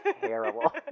Terrible